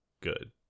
good